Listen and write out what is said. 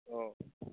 অঁ